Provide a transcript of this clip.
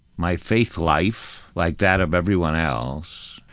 my faith life, like that of everyone else,